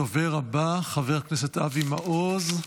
הדובר הבא, חבר הכנסת אבי מעוז,